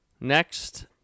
next